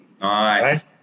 Nice